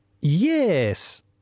Yes